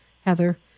Heather